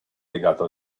legato